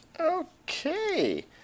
okay